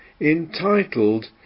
entitled